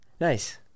Nice